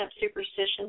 superstitions